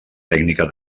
tècnica